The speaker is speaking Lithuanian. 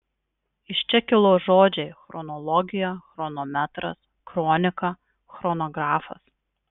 iš čia kilo žodžiai chronologija chronometras kronika chronografas